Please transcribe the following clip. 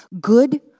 Good